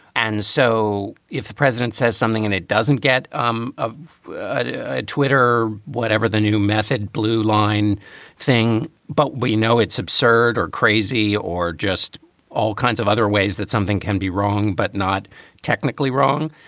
and so if the president says something and it doesn't get um of ah twitter or whatever, the new method, blue line thing. but we know it's absurd or crazy or just all kinds of other ways that something can be wrong, but not technically wrong.